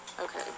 Okay